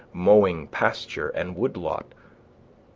mowing, pasture, and woodlot!